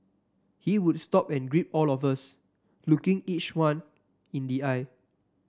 he would stop and greet all of us looking each one in the eye